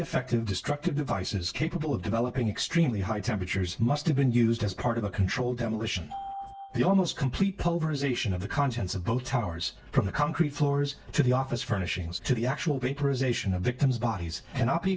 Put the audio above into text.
effective destructive devices capable of developing extremely high temperatures must have been used as part of a controlled demolition the almost complete polarization of the contents of both towers from the concrete floors to the office furnishings to the actual papers ation of victims bodies and